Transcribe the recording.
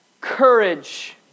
courage